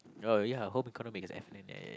oh ya home economics F and N